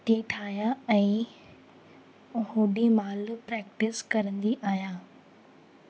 ठीकु आहियां ऐं ओॾीमहिल प्रेक्टिस कंदी आहियां